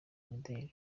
imideli